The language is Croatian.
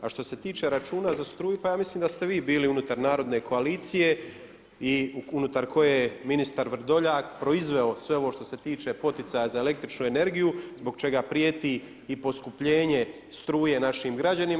A što se tiče računa za struju pa ja mislim da ste vi bili unutar Narodne koalicije i unutar koje je ministar Vrdoljak proizveo sve ovo što se tiče poticaja za električnu energiju zbog čega prijeti i poskupljenje struje našim građanima.